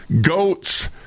goats